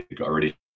already